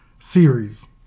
Series